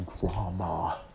drama